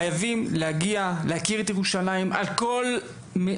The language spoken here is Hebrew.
התלמידים חייבים להגיע לירושלים ולהכיר אותה על שלל צדדיה,